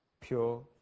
pure